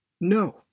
No